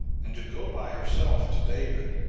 and to go by herself to david,